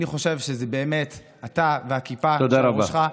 תודה רבה.